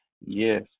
Yes